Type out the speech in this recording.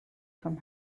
from